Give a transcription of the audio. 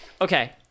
Okay